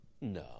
No